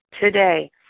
today